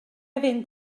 mynd